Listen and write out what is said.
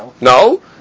No